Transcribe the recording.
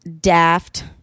Daft